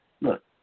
Look